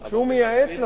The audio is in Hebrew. וכשהוא מייעץ לווד"ל,